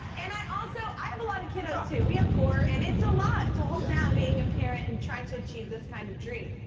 and i also i have a lot of kiddos, too. we have four, and it's a lot to hold down. yeah. being a parent and trying to achieve this kind of dream.